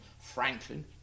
Franklin